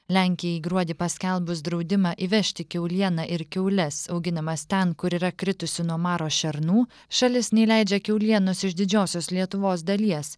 lenkijai gruodį paskelbus draudimą įvežti kiaulieną ir kiaules auginamas ten kur yra kritusių nuo maro šernų šalis neįleidžia kiaulienos iš didžiosios lietuvos dalies